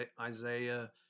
Isaiah